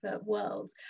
world